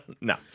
No